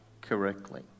correctly